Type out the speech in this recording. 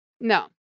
no